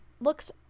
looks